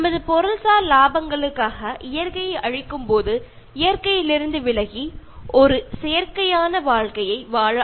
നമ്മൾ നമ്മുടെ നേട്ടങ്ങൾക്ക് വേണ്ടി പ്രകൃതിയെ നശിപ്പിച്ചപ്പോൾ നമ്മൾ പ്രകൃതിയിൽ നിന്ന് അകന്നു ഒരു കൃത്രിമമായ ജീവിത രീതിയിലേക്ക് മാറി